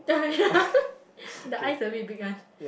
uh yeah the eyes a bit big one